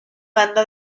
banda